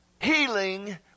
Healing